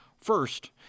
First